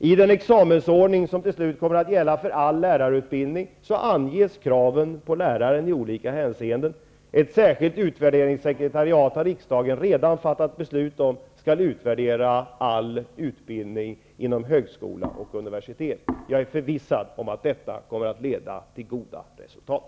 I den examensordning som till slut kommer att gälla för all lärarutbildning anges kraven på lärare i olika hänseenden. Ett särskilt utvärderingssekretariat -- det har riksdagen redan fattat beslut om -- skall utvärdera all utbildning inom högskolor och universitet. Jag är förvissad om att detta kommer att leda till goda resultat.